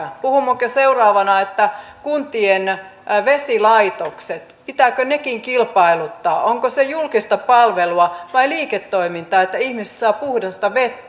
puhummeko seuraavana että kuntien vesilaitoksetkin pitää kilpailuttaa onko se julkista palvelua vai liiketoimintaa että ihmiset saavat puhdasta vettä